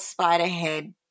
Spiderhead